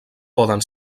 poden